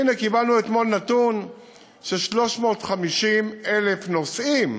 והנה, קיבלנו אתמול נתון על 350,000 נוסעים,